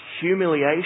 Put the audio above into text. humiliation